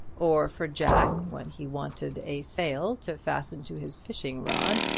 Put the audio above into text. or for jack when he wanted a sail to fasten to his fishing-rod,